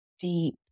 deep